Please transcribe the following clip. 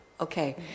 Okay